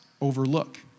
overlook